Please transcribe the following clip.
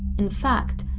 in fact,